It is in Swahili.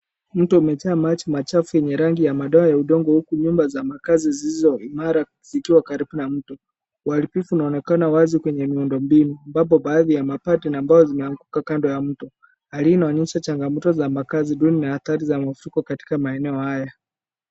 Mto umejaa maji machafu yenye rangi ya madoa ya udongo huku nyumba za makaazi zilizo imara zikiwa karibu na mto. Uharibifu unaoonekana wazi kwenye miundo mbinu ambapo baadhi ya mabati imeanguka kando ya mto. Hali hii inaonyesha changamoto za makaazi duni na athari za mafuriko katika maeneo haya.